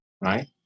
right